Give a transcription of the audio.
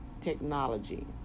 technology